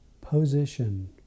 position